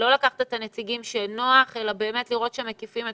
לא לקחת את הנציגים שנוח אלא באמת לראות שמקיפים את